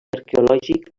arqueològic